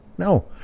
No